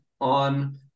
on